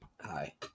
Hi